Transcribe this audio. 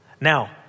Now